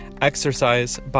Exercise